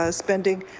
ah spending.